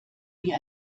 wie